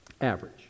average